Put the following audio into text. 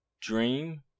Dream